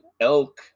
elk